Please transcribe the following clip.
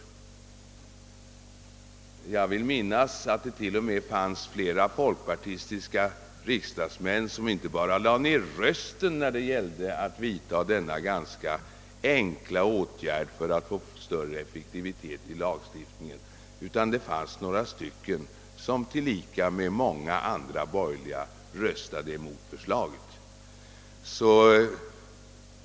Jag vill minnas att det inte bara var flera folkpartistiska riksdagsmän som lade ned sin röst, när man skulle ta ställning till denna ganska enkla åtgärd för att få till stånd större effektivitet i lagstiftning, utan det t.o.m. fanns några folkpartister som tillika med många andra borgerliga röstade emot förslaget.